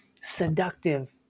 seductive